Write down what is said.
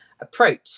approach